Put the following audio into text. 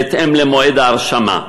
בהתאם למועד ההרשמה.